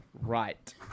Right